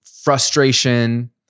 frustration